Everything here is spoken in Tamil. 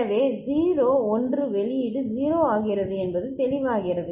எனவே 0 1 வெளியீடு 0 ஆகிறது என்பது தெளிவாகிறது